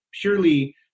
purely